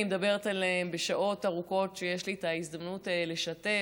מדברת עליהם בשעות ארוכות כשיש לי את ההזדמנות לשתף,